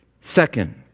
Second